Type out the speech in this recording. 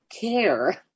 care